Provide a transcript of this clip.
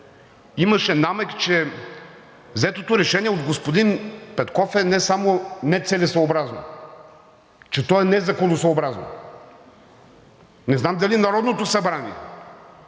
имаше намек, че взетото решение от господин Петков е не само нецелесъобразно, че то е незаконосъобразно. Не знам дали Народното събрание